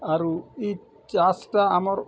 ଆରୁ ଇ ଚାଷ୍ ଟା ଆମର୍